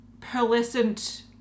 pearlescent